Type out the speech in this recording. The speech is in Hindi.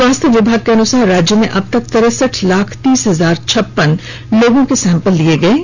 स्वास्थ्य विभाग के अनुसार राज्य में अब तक तिरसठ लाख तीस हजार छप्पन लोगों के सैंपल लिये गये हैं